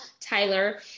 Tyler